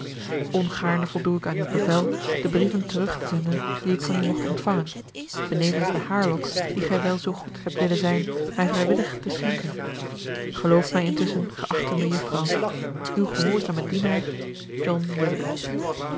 ongaarne voldoe ik aan uw bevel de brieven terug te zenden die ik van u mocht ontvangen benevens de haarlok die gij wel zoo goed hebt willen zijn mij vrijwillig te schenken geloof mij intusschen geachte mejuffrouw uw gehoorzamen dienaar john